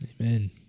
Amen